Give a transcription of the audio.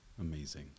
Amazing